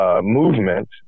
Movement